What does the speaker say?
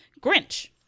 Grinch